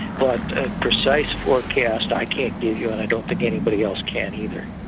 but a precise forecast i can't give you and i don't think anybody else can either.